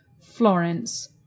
Florence